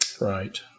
Right